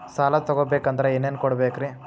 ಸಾಲ ತೊಗೋಬೇಕಂದ್ರ ಏನೇನ್ ಕೊಡಬೇಕ್ರಿ?